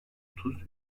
otuz